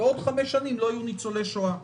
בעוד חמש שנים לא יהיו ניצולי שואה,